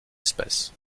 espèce